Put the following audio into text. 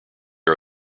are